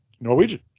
Norwegian